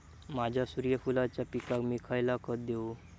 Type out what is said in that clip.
माझ्या सूर्यफुलाच्या पिकाक मी खयला खत देवू?